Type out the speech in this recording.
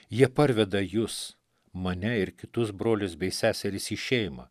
jie parveda jus mane ir kitus brolius bei seseris į šeimą